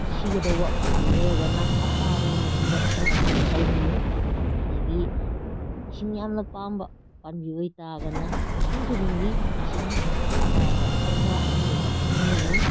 ꯁꯤꯒꯗꯧꯕ ꯄꯥꯝꯕꯤ ꯑꯣꯏꯔꯒꯅ ꯍꯞꯇꯥ ꯑꯃꯒꯤ ꯃꯅꯨꯡꯗ ꯏꯁꯤꯡ ꯑꯃꯨꯛꯇꯪ ꯆꯥꯏꯕꯤꯅꯤ ꯑꯗꯨꯗꯒꯤ ꯏꯁꯤꯡ ꯌꯥꯝꯅ ꯄꯥꯝꯕ ꯄꯥꯝꯕꯤ ꯑꯣꯏꯇꯥꯔꯒꯅ ꯅꯨꯡꯇꯤ ꯈꯨꯗꯤꯡꯒꯤ ꯏꯁꯤꯡ ꯃꯉꯣꯟꯗ ꯈꯔ ꯈꯔ ꯑꯩꯈꯣꯏꯅ ꯐꯪꯍꯟꯒꯅꯤ